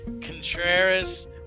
Contreras